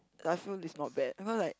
I feel is not bad because like